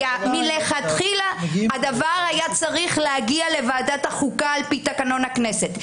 כי מלכתחילה הדבר היה צריך להגיע לוועדת החוקה על פי תקנון הכנסת.